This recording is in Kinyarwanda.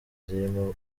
zirimo